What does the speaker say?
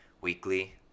weekly